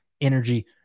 energy